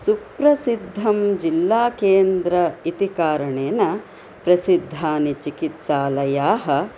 सुप्रसिद्धं जिल्लाकेन्द्र इति कारणेन प्रसिद्धानि चिकित्सालयाः